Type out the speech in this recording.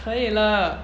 可以了